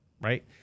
Right